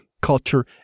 culture